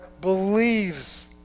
believes